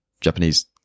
Japanese